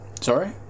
sorry